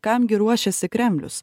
kam gi ruošiasi kremlius